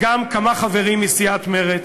גם כמה חברים מסיעת מרצ